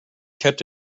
kept